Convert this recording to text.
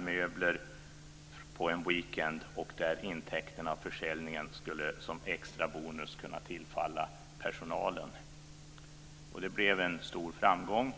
möbler under en weekend skulle intäkterna av försäljningen som extra bonus tillfalla personalen. Det blev en stor framgång.